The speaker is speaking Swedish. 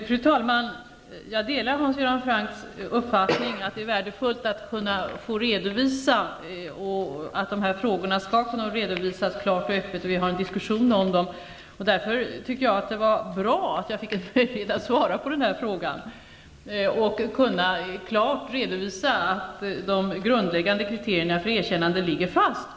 Fru talman! Jag delar Hans Göran Francks uppfattning att det är värdefullt att dessa frågor kan redovisas klart och öppet och att vi har en diskussion om dem. Därför var det bra att jag fick möjlighet att svara på denna fråga för att klart kunna redovisa att de grundläggande kriterierna för erkännande ligger fast.